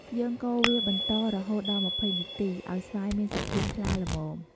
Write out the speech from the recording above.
យើងកូរវាបន្តរហូតដល់២០នាទី ឱ្យស្វាយមានសភាពថ្លាល្មម។